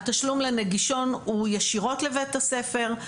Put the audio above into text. התשלום לנגישון הוא ישירות לבית הספר,